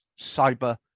cyber